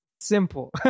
simple